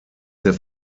der